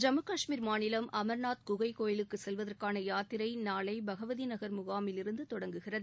ஜம்மு காஷ்மீர் மாநிலம் அமர்நாத் குகை கோவிலுக்கு செல்வதற்கான யாத்திரை நாளை பகவதி நகர் முகாமில் இருந்து தொடங்குகிறது